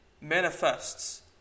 manifests